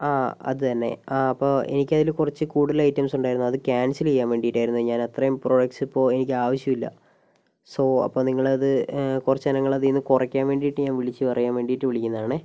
ആ അത് തന്നെ ആ അപ്പോൾ എനിക്ക് അതിൽ കുറച്ച് കൂടുതൽ ഐറ്റംസ് ഉണ്ടായിരുന്നു അത് ക്യാൻസൽ ചെയ്യാൻ വേണ്ടിയിട്ടായിരുന്നേ ഞാൻ അത്രയും പ്രോഡക്റ്റ്സ് ഇപ്പോൾ എനിക്ക് ആവശ്യമില്ല സൊ അപ്പോൾ നിങ്ങൾ അത് കുറച്ച് ഇനങ്ങൾ അതിൽ നിന്ന് കുറക്കാൻ വേണ്ടിയിട്ടു ഞാൻ വിളിച്ച് പറയാൻ വേണ്ടിയിട്ട് വിളിക്കുന്നതാണെ